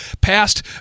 passed